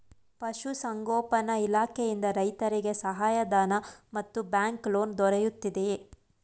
ಪಶು ಸಂಗೋಪನಾ ಇಲಾಖೆಯಿಂದ ರೈತರಿಗೆ ಸಹಾಯ ಧನ ಮತ್ತು ಬ್ಯಾಂಕ್ ಲೋನ್ ದೊರೆಯುತ್ತಿದೆಯೇ?